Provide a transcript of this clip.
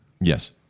Yes